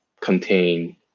contain